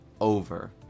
over